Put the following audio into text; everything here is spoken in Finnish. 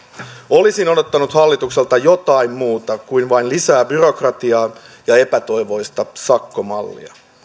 olisin odottanut hallitukselta jotain muuta kuin vain lisää byrokratiaa ja epätoivoista sakkomallia